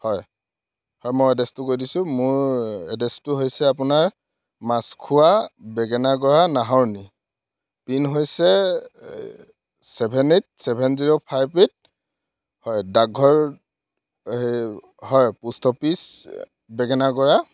হয় হয় মই এড্ৰেছটো কৈ দিছোঁ মোৰ এড্ৰেছটো হৈছে আপোনাৰ মাছখোৱা বেঙেনাগড়া নাহৰণি পিন হৈছে এই seven eight seven zero five eight হয় ডাকঘৰ সেই হয় পোষ্ট অফিচ বেঙেনাগড়া